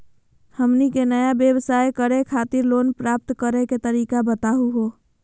हमनी के नया व्यवसाय करै खातिर लोन प्राप्त करै के तरीका बताहु हो?